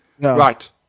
right